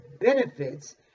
benefits